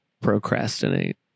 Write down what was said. procrastinate